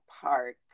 park